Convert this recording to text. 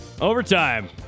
Overtime